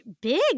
big